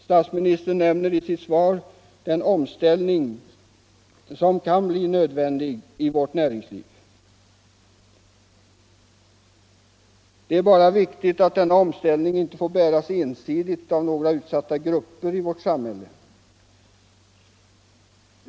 Statsministern har i sitt svar nämnt den omställning som kan bli nödvändig i vårt näringsliv. Det är då viktigt att denna omställning inte får bäras ensidigt av några utsatta grupper i vårt samhälle.